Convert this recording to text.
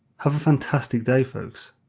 have a fantastic day folks